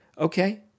okay